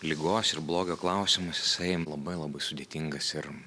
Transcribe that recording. ligos ir blogio klausimas jisai labai labai sudėtingas ir